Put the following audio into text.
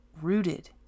rooted